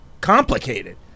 complicated